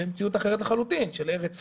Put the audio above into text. זה לבין מציאות אחרת לחלוטין של ארץ צפופה,